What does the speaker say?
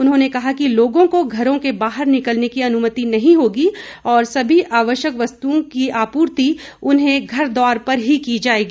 उन्होंने कहा कि लोगों को घरों के बाहर निकलने की अनुमति नहीं होगी और सभी आवश्यक वस्तुओं की आपूर्ति उन्हें घर द्वार पर ही की जाएगी